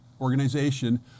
organization